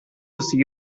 see